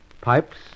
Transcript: pipes